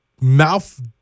mouth